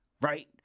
right